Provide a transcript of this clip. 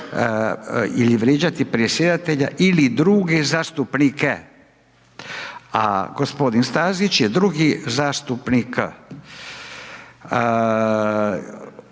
ili vrijeđati predsjedatelja ili druge zastupnike, a g. Stazić je drugih zastupnika, tako da